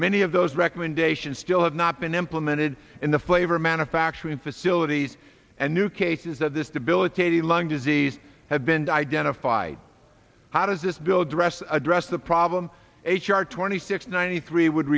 many of those recommendations still have not been implemented in the flavor manufacturing facilities and new cases that this debilitating lung disease has been identified how does this bill address address the problem h r twenty six ninety three would